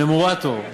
נומרטור,